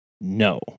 no